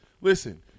listen